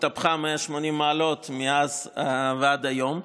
התהפכה ב-180 מעלות מאז ועד היום.